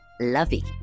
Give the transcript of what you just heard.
lovey